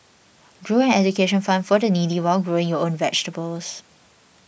grow an education fund for the needy while growing your own vegetables